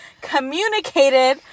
communicated